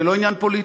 זה לא עניין פוליטי,